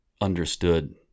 understood